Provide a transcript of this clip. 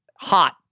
hot